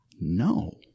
No